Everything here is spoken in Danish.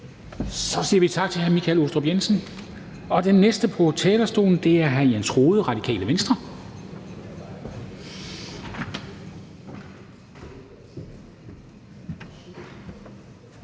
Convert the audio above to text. Så siger vi tak til hr. Michael Aastrup Jensen. Og den næste på talerstolen er hr. Jens Rohde, Radikale Venstre.